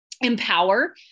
empower